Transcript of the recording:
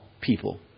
people